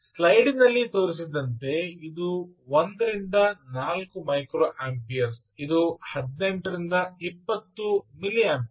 ಸ್ಲೈಡಿನಲ್ಲಿ ತೋರಿಸಿದಂತೆ ಇದು 1 ರಿಂದ 4 ಮೈಕ್ರೊಅಂಪಿಯರ್ಸ್ ಇದು 18 ರಿಂದ 20 ಮಿಲಿಯಂಪಿಯರ್ಸ್